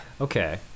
Okay